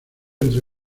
entre